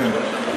כן,